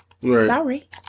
Sorry